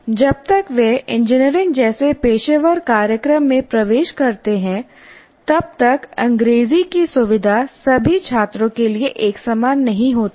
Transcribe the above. जब तक वे इंजीनियरिंग जैसे पेशेवर कार्यक्रम में प्रवेश करते हैं तब तक अंग्रेजी की सुविधा सभी छात्रों के लिए एक समान नहीं होती है